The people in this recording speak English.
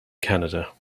canada